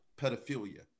pedophilia